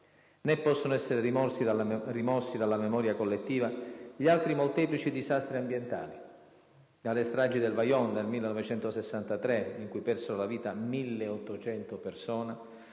Né possono essere rimossi dalla memoria collettiva gli altri molteplici disastri ambientali: dalle stragi del Vajont nel 1963 (in cui persero la vita 1800 persone)